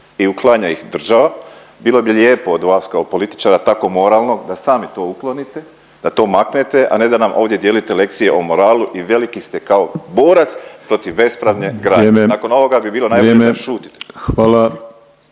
i uklanja ih država, bilo bi lijepo od vas kao političara tako moralnog da sami to uklonite, da to maknete, a ne da nam ovdje dijelite lekcije o moralu i veliki ste kao borac protiv bespravne gradnje. …/Upadica Penava: Vrijeme!/…